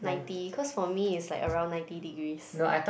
ninety cause for me is like around ninety degrees